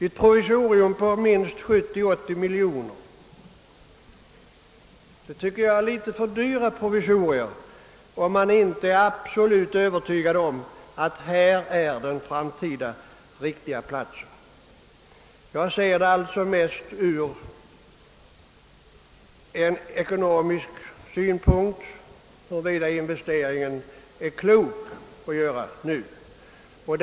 Men 70—380 miljoner för ett flygfält tycker jag är för dyrt — om man inte är absolut övertygad om att det gäller den även för framtiden riktiga platsen. Jag ser alltså det hela främst ur den synpunkten, huruvida det är ekonomiskt klokt att göra investeringen.